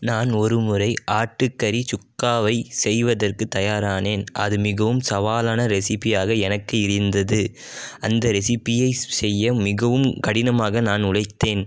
நான் ஒருமுறை ஆட்டுக்கறி சுக்காவை செய்வதற்கு தயாராகினேன் அது மிகவும் சவாலான ரெசிப்பியாக எனக்கு இருந்தது அந்த ரெசிப்பியை செய்ய மிகவும் கடினமாக நான் உழைத்தேன்